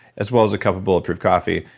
as well as a cup of bulletproof coffee,